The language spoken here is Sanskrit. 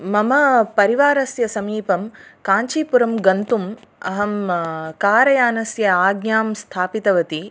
मम परिवारस्य समीपं काञ्चीपुरं गन्तुम् अहं कारयानस्य आज्ञां स्थापितवती